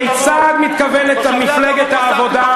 אתה תגיד את האמת, כיצד מתכוונת מפלגת העבודה,